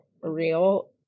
real